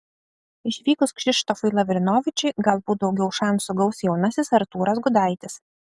išvykus kšištofui lavrinovičiui galbūt daugiau šansų gaus jaunasis artūras gudaitis